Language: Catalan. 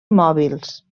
mòbils